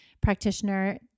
practitioner